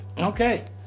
Okay